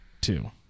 two